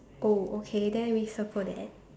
oh okay then we circle that